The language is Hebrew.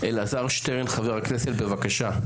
חבר הכנסת אלעזר שטרן, בבקשה.